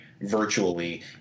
virtually